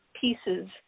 pieces